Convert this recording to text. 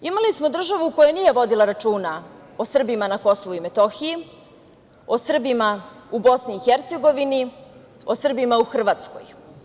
Imali smo državu koja nije vodila računa o Srbima na Kosovu i Metohiji, o Srbima u Bosni i Hercegovini, o Srbima u Hrvatskoj.